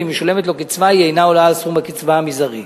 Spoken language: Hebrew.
ואם משולמת לו קצבה היא אינה עולה על סכום הקצבה המזערי.